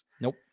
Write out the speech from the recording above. Nope